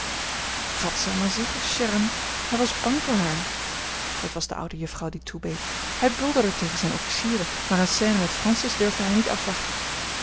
wat zal men zeggen chère amie hij was bang voor haar het was de oude juffrouw die toebeet hij bulderde tegen zijne officieren maar eene scène met francis durfde hij niet afwachten